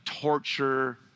torture